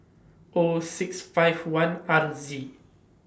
O six five one R Z